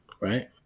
right